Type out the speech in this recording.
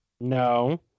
No